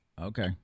okay